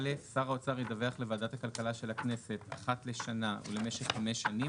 "(א) שר האוצר ידווח לוועדת הכלכלה של הכנסת אחת לשנה ולמשך חמש שנים"